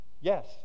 Yes